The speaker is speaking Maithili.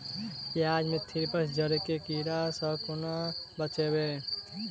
प्याज मे थ्रिप्स जड़ केँ कीड़ा सँ केना बचेबै?